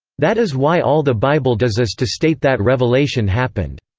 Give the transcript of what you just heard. that is why all the bible does is to state that revelation happened.